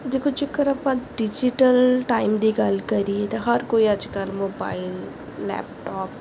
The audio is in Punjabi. ਦੇਖੋ ਜੇਕਰ ਆਪਾਂ ਡਿਜੀਟਲ ਟਾਈਮ ਦੀ ਗੱਲ ਕਰੀਏ ਤਾਂ ਹਰ ਕੋਈ ਅੱਜ ਕੱਲ੍ਹ ਮੋਬਾਈਲ ਲੈਪਟੋਪ